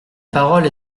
parole